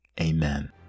amen